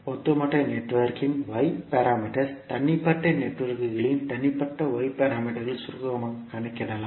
ஒட்டுமொத்த நெட்வொர்க்கின் y parameters தனிப்பட்ட நெட்வொர்க்குகளின் தனிப்பட்ட y பாராமீட்டர்களைச் சுருக்கமாகக் கணக்கிடலாம்